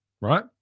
right